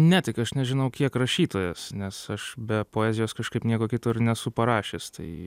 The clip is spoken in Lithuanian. ne tik aš nežinau kiek rašytojas nes aš be poezijos kažkaip nieko kito ir nesu parašęs tai